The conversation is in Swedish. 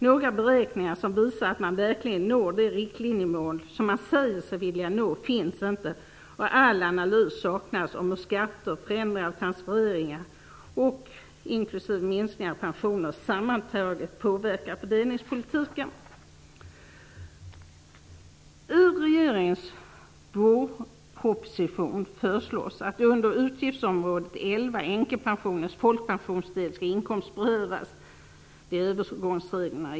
Några beräkningar som visar att man verkligen når de riktlinjemål som man säger sig vilja nå finns inte, och all analys saknas av hur skatter, förändringar av transfereringar och minskningar av pensioner sammantaget påverkar fördelningspolitiken. I regeringens vårproposition föreslås att det under utgiftsområde 11, änkepensionens folkpensionsdel, skall inkomstprövas. Det gäller där övergångsreglerna.